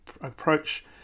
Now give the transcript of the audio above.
approach